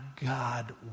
God